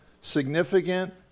significant